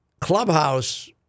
clubhouse